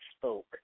spoke